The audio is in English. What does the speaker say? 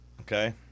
Okay